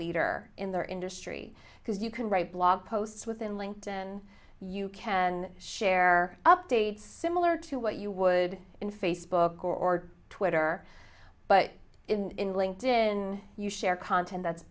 leader in their industry because you can write blog posts within linked and you can share updates similar to what you would in facebook or twitter but in linked in you share content that's